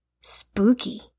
Spooky